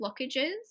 blockages